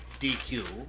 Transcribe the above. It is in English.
DQ